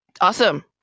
awesome